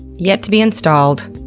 yet to be installed,